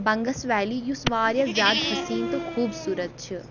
Bangus valley یُس واریاہ زیادٕ حسیٖن تہٕ خوٗبصوٗرت چھِ